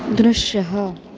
दृश्यः